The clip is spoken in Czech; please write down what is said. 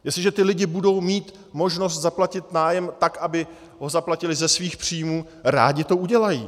Jestliže ti lidé budou mít možnost zaplatit nájem tak, aby ho zaplatili ze svých příjmů, rádi to udělají.